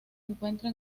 encuentra